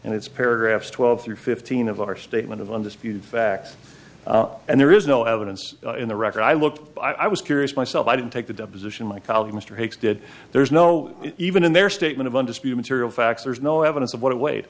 and it's paragraphs twelve through fifteen of our statement of undisputed facts and there is no evidence in the record i looked i was curious myself i didn't take the deposition my colleague mr hicks did there's no even in their statement of undisputed serial facts there's no evidence of what it weigh